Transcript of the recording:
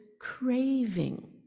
craving